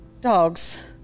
Dogs